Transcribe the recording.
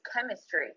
chemistry